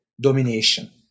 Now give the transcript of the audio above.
domination